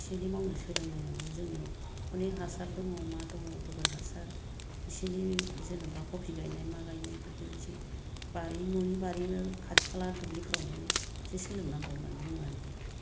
इसे एनै मावनो सोलों नायनांगौ जोंनियाव अनेख हासार दङ मा दङ गोबोर हासार इसे एनै जेनेबा खफि गायनाय मा गायनाय एफोरखो इसे बारि न'नि बारि खाथि खाला दुब्लिफोरावनो इसे सोलों नांगौ होननानै बुङो आरखि आं